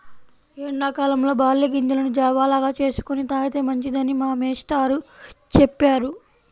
ఎండా కాలంలో బార్లీ గింజలను జావ లాగా చేసుకొని తాగితే మంచిదని మా మేష్టారు చెప్పారు